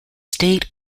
state